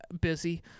busy